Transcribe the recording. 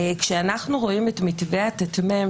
כשאנחנו רואים את מתווה הט"מ,